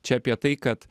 čia apie tai kad